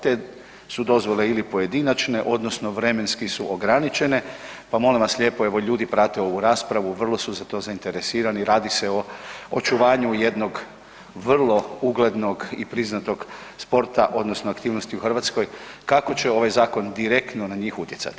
Te su dozvole su ili pojedinačne odnosno vremenski su ograničene pa molim vas lijepo, evo ljudi prate ovu raspravu, vrlo su za to zainteresirani, radi se o očuvanju jednog vrlo uglednog i priznatog sporta odnosno aktivnosti u Hrvatskoj, kako će ovaj zakon direktno na njih utjecati?